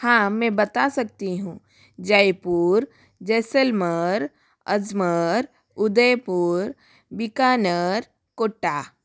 हाँ मैं बता सकती हूँ जयपुर जैसलमेर अजमेर उदयपुर बीकानेर कोटा